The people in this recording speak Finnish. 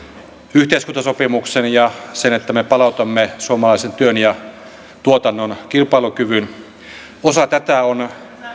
yhteiskuntasopimuksen ja sen että me palautamme suomalaisen työn ja tuotannon kilpailukyvyn osa tätä on